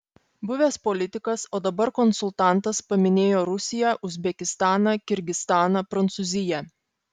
buvęs politikas o dabar konsultantas paminėjo rusiją uzbekistaną kirgizstaną prancūziją